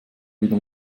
wieder